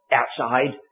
outside